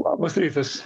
labas rytas